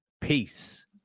Peace